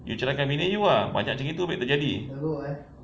you ceraikan bini you ah banyak macam gitu babe jadi